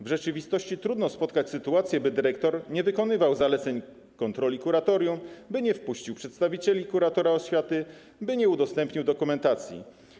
W rzeczywistości trudno spotkać sytuację, by dyrektor nie wykonywał zaleceń kontroli kuratorium, nie wpuścił przedstawicieli kuratora oświaty czy nie udostępnił dokumentacji.